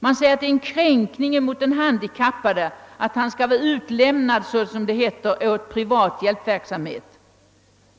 Man säger att det är en kränkning av den handikappade att han skall vara, som det heter, utlämnad åt privat hjälpverksamhet.